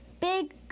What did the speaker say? big